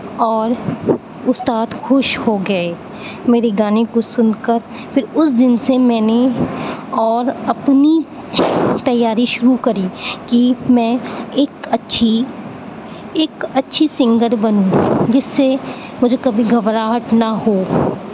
اور اُستاد خوش ہو گئے میرے گانے کو سُن کر پھر اُس دِن سے میں نے اور اپنی تیاری شروع کری کہ میں ایک اچھی ایک اچھی سنگر بنوں جس سے مجھے کبھی گھبراہٹ نہ ہو